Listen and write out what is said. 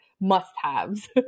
must-haves